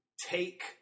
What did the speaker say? take